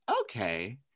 okay